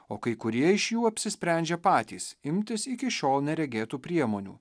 o kai kurie iš jų apsisprendžia patys imtis iki šiol neregėtų priemonių